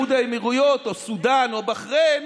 איחוד האמירויות או סודאן או בחריין